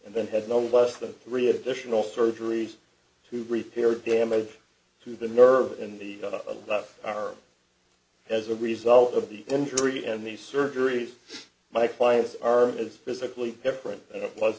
and then had no less than three additional surgeries to repair damage to the nerves in the that are as a result of the injury and the surgeries my clients are as physically different and it was